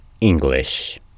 English